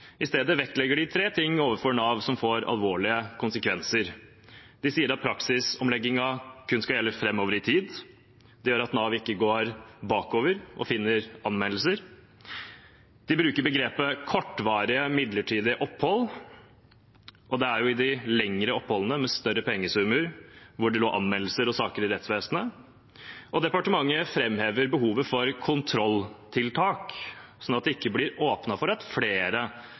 I stedet vektlegger de tre ting overfor Nav som får alvorlige konsekvenser. De sier at praksisomleggingen kun skal gjelde framover i tid. Det gjør at Nav ikke går bakover og finner anmeldelser. De bruker begrepet «kortvarige, midlertidige opphold», og det var jo i de lengre oppholdene med større pengesummer at det lå anmeldelser og saker i rettsvesenet. Departementet framhever også behovet for kontrolltiltak, slik at det ikke blir åpnet for at flere